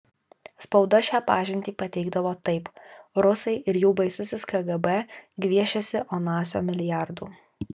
spauda šią pažintį pateikdavo taip rusai ir jų baisusis kgb gviešiasi onasio milijardų